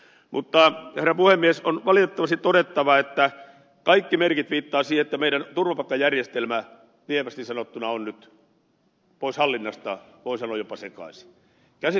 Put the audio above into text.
mutta herra puhemies on valitettavasti todettava että kaikki merkit viittaavat siihen että meidän turvapaikkajärjestelmämme lievästi sanottuna on nyt poissa hallinnasta voi sanoa jopa sekaisin